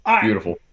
Beautiful